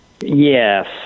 Yes